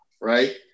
right